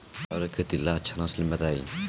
चावल के खेती ला अच्छा नस्ल बताई?